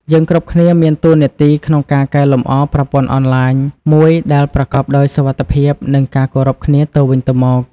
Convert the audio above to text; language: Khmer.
យើងគ្រប់គ្នាមានតួនាទីក្នុងការកែលំអរប្រព័ន្ធអនឡាញមួយដែលប្រកបដោយសុវត្ថិភាព និងការគោរពគ្នាទៅវិញទៅមក។